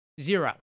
zero